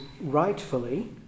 rightfully